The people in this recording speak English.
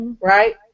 Right